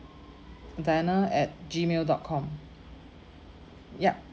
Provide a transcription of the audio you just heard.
diana at Gmail dot com yup